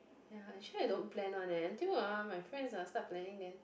ya actually I don't plan one eh until ah my friends ah start planning then